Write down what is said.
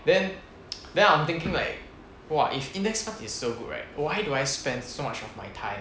then then I'm thinking like !wah! if index fund is so good right why do I spent so much of my time